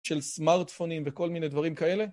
של סמארטפונים וכל מיני דברים כאלה.